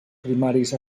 primaris